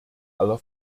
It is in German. aller